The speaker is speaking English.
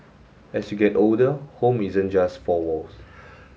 as you get older home isn't just four walls